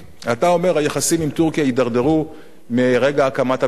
אתה אומר: היחסים עם טורקיה הידרדרו מרגע הקמת הממשלה.